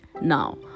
Now